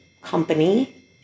company